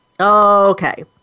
okay